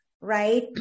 right